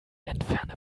entferne